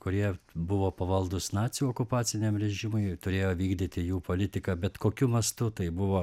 kurie buvo pavaldūs nacių okupaciniam režimui turėjo vykdyti jų politiką bet kokiu mastu tai buvo